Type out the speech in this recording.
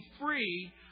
free